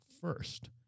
first